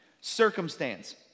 Circumstance